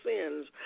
sins